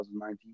2019